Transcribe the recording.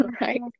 Right